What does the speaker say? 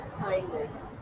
kindness